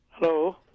Hello